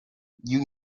you